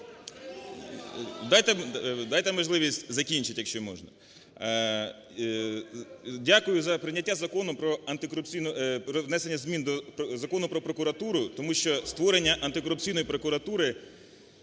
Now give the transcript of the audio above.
Дайте можливість закінчити, якщо можна. Дякую за прийняття Закону про антикорупційну… про внесення змін до Закону "Про прокуратуру", тому що створення Антикорупційної прокуратури